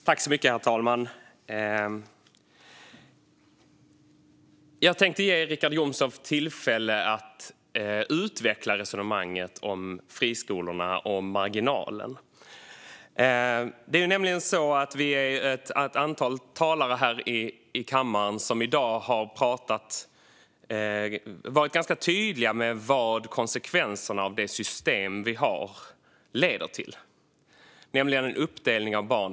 Herr talman! Jag tänkte ge Richard Jomshof tillfälle att utveckla resonemanget om friskolorna och marginalen. Här i kammaren i dag är vi ett antal talare som har varit ganska tydliga med vad konsekvenserna blir av det system vi har, nämligen en uppdelning av barn.